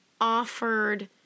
offered